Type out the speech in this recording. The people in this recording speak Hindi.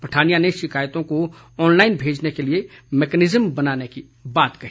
पठानिया ने शिकायतों को ऑनलाईन भेजने के लिए मैकेनिजम बनाने की बात कही